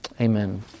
Amen